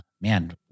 Man